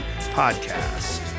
podcast